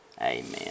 Amen